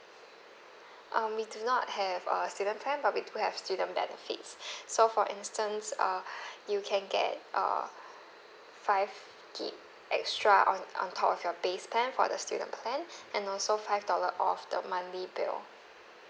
um we do not have uh student plan but we do have student benefits so for instance uh you can get uh five gig extra on on top of your base plan for the student plan and also five dollar off the monthly bill